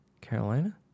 Carolina